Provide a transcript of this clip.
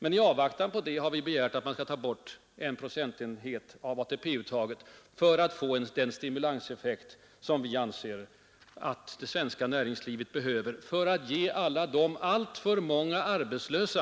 Men i avvaktan på det har vi begärt att man skall ta bort en procentenhet av ATP-avgiften för att åstadkomma den stimulanseffekt som vi anser att det svenska näringslivet behöver för att ge arbete åt alla de allför många arbetslösa.